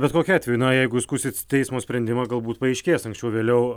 bet kokiu atveju na jeigu skųsit teismo sprendimą galbūt paaiškės anksčiau vėliau